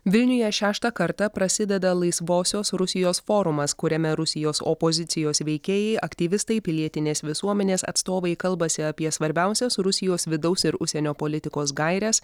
vilniuje šeštą kartą prasideda laisvosios rusijos forumas kuriame rusijos opozicijos veikėjai aktyvistai pilietinės visuomenės atstovai kalbasi apie svarbiausias rusijos vidaus ir užsienio politikos gaires